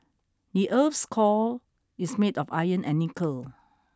the earth's core is made of iron and nickel